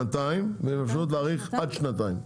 שנתיים עם אפשרות להאריך עד שנתיים.